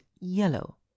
yellow